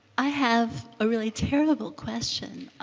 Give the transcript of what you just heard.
i have a really terrible question.